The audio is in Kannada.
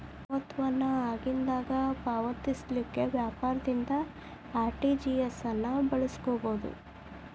ದೊಡ್ಡ ಮೊತ್ತ ವನ್ನ ಆಗಿಂದಾಗ ಪಾವತಿಸಲಿಕ್ಕೆ ವ್ಯಾಪಾರದಿಂದ ಆರ್.ಟಿ.ಜಿ.ಎಸ್ ಅನ್ನು ಬಳಸ್ಕೊಬೊದು